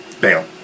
bail